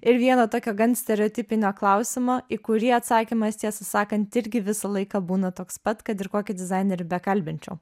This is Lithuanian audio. ir vieno tokio gan stereotipinio klausimo į kurį atsakymas tiesą sakant irgi visą laiką būna toks pat kad ir kokį dizainerį bekalbinčiau